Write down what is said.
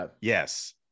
yes